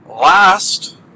Last